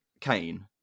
Kane